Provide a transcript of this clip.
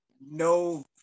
No